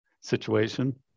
situation